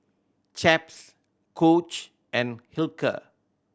Chaps Coach and Hilker